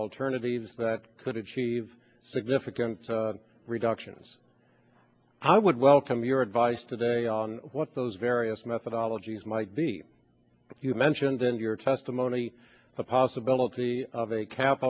alternatives that could achieve significant reductions i would welcome your advice today on what those various methodology is might be if you mentioned in your testimony a possibility of a cap